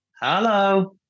hello